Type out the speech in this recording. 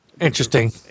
Interesting